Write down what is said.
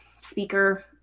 speaker